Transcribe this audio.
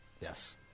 Yes